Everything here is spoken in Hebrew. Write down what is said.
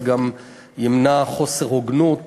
זה גם ימנע חוסר הוגנות